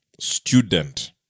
student